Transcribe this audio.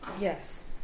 Yes